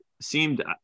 seemed